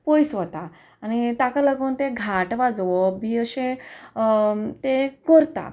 पयस वता आनी ताका लागून तें घांट वाजोवप बी अशें ते करता